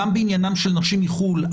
גם בעניינן של נשים מחו"ל,